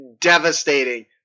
devastating